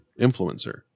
influencer